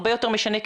הרבה יותר משנה,